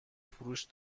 فروش